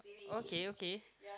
okay okay